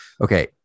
okay